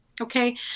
okay